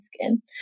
skin